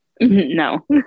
No